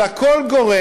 אלא כל גורם,